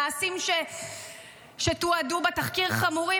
המעשים שתועדו בתחקיר חמורים,